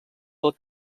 del